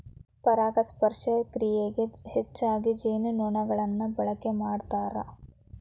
ಪರಾಗಸ್ಪರ್ಶ ಕ್ರಿಯೆಗೆ ಹೆಚ್ಚಾಗಿ ಜೇನುನೊಣಗಳನ್ನ ಬಳಕೆ ಮಾಡ್ತಾರ